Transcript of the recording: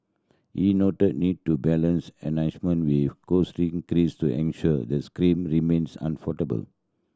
he noted need to balance enhancement with cost increase to ensure the scheme remains affordable